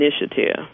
initiative